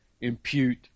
impute